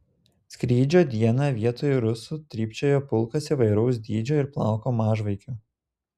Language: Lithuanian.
skrydžio dieną vietoj rusų trypčiojo pulkas įvairaus dydžio ir plauko mažvaikių